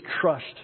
crushed